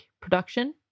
production